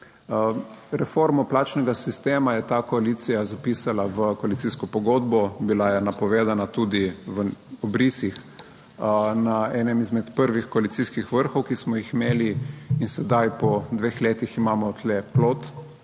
Reformo plačnega sistema je ta koalicija zapisala v koalicijsko pogodbo, bila je napovedana tudi v obrisih na enem izmed prvih koalicijskih vrhov, ki smo jih imeli. In sedaj po dveh letih imamo tu plod